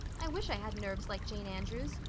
i wish i had nerves like jane andrews.